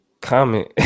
comment